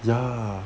ya